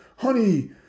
Honey